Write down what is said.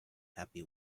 happy